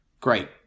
great